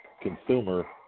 consumer